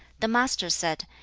the master said,